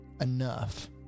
enough